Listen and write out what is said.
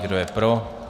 Kdo je pro?